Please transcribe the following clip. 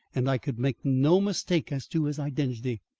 and i could make no mistake as to his identity.